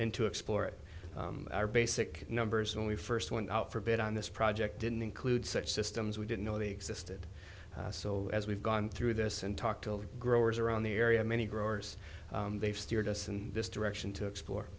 and to explore it our basic numbers when we first went out for bid on this project didn't include such systems we didn't know they existed so as we've gone through this and talk to all the growers around the area many growers they've steered us in this direction to explore